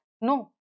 No